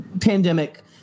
pandemic